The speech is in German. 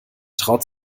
traut